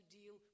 deal